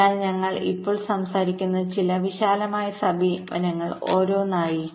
അതിനാൽ ഞങ്ങൾ ഇപ്പോൾ സംസാരിക്കുന്ന ചില വിശാലമായ സമീപനങ്ങൾ ഓരോന്നായി